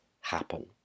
happen